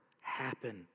happen